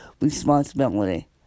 responsibility